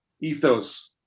ethos